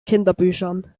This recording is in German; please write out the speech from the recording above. kinderbüchern